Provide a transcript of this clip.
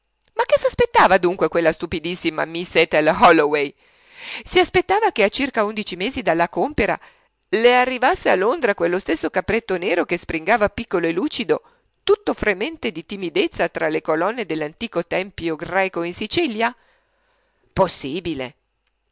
ma che si aspettava dunque quella stupidissima miss ethel holloway si aspettava che a circa undici mesi dalla compera le arrivasse a londra quello stesso capretto nero che springava piccolo e lucido tutto fremente di timidezza tra le colonne dell'antico tempio greco in sicilia possibile